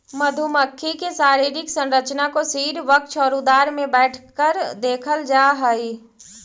मधुमक्खी के शारीरिक संरचना को सिर वक्ष और उदर में बैठकर देखल जा हई